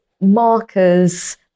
markers